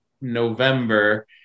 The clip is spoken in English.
November